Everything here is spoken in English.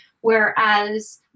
whereas